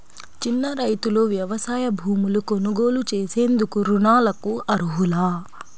చిన్న రైతులు వ్యవసాయ భూములు కొనుగోలు చేసేందుకు రుణాలకు అర్హులా?